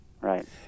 Right